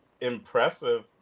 impressive